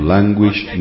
Language